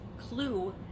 clue